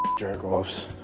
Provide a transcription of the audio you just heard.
jerk offs.